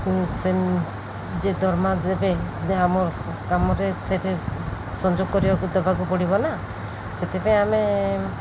ଯିଏ ଦରମା ଦେବେ ଆମ କାମରେ ସେଇଠି ସଂଯୋଗ କରିବାକୁ ଦେବାକୁ ପଡ଼ିବ ନା ସେଥିପାଇଁ ଆମେ